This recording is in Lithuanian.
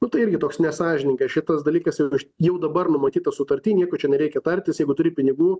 nu tai irgi toks nesąžiningas šitas dalykas ir aš jau dabar numatyta sutarty nieko čia nereikia tartis jeigu turi pinigų